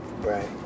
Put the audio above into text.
right